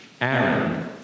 Aaron